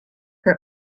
her